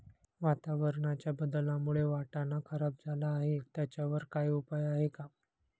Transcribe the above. वातावरणाच्या बदलामुळे वाटाणा खराब झाला आहे त्याच्यावर काय उपाय आहे का?